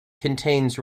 contains